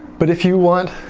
but if you want